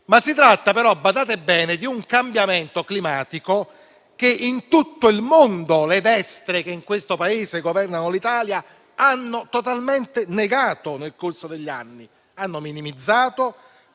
Si tratta però - badate bene - di un cambiamento climatico che in tutto il mondo le destre - che in questo Paese governano l'Italia - hanno totalmente negato nel corso degli anni; hanno minimizzato,